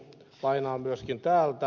lainaan myöskin täältä